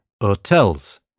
hotels